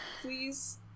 Please